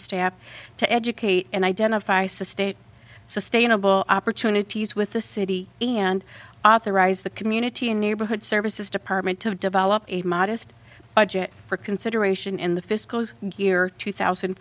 staff to educate and identify sustained sustainable opportunities with the city and authorize the community and neighborhood services department to develop a modest budget for consideration in the fiscal year two thousand